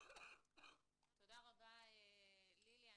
תודה רבה, לילי.